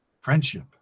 friendship